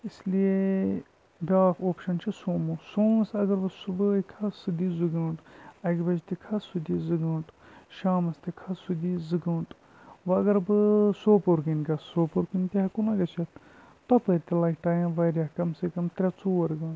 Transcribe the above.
اِسلیے بیاکھ اوپشَن چھُ سومو سومووَس اگر بہٕ صُبحٲے کھَسہٕ سُہ دی زٕ گٲنٛٹہٕ اَکہِ بَجہِ تہِ کھَسہٕ سُہ دی زٕ گٲنٛٹہٕ شامَس تہِ کھَسہٕ سُہ دی زٕ گٲنٛٹہٕ